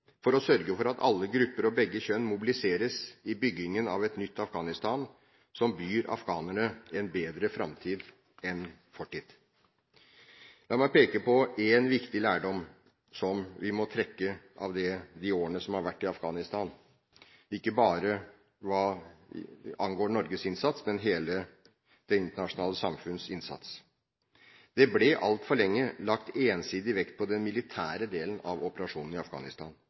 for å sørge for at alle grupper og begge kjønn mobiliseres i byggingen av et nytt Afghanistan som byr afghanerne en bedre framtid enn fortid. La meg peke på en viktig lærdom som vi må trekke av de årene man har vært i Afghanistan, ikke bare hva angår Norges innsats, men hele det internasjonale samfunns innsats: Det ble altfor lenge lagt ensidig vekt på den militære delen av operasjonen i Afghanistan